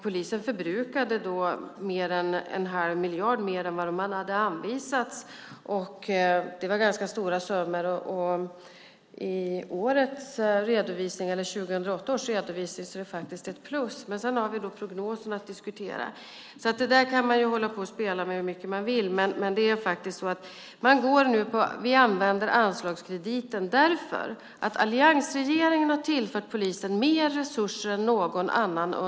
Polisen förbrukade då mer än en halv miljard mer än de hade anvisats. Det var alltså fråga om ganska stora summor. I 2008 års redovisning är det faktiskt ett plus, men sedan har vi prognosen att diskutera. Det där kan man således hålla på att spela med hur mycket man vill. Vi använder nu anslagskrediten eftersom alliansregeringen under de två första åren tillfört polisen mer resurser än någon annan.